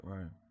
Right